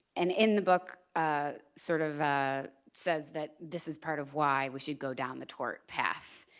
and in the book ah sort of says that this is part of why we should go down the tort path.